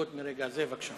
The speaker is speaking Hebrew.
בבקשה.